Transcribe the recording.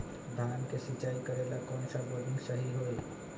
धान के सिचाई करे ला कौन सा बोर्डिंग सही होई?